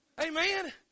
Amen